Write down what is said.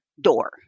door